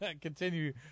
Continue